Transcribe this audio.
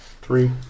Three